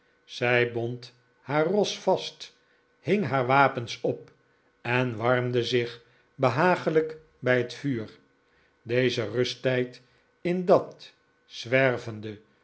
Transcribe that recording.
zij bond haar ros vast hing haar wapens op en warmde zich behagelijk bij het vuur deze rusttijd in dat zwervende